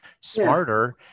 smarter